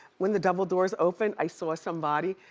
when the double doors opened, i saw somebody.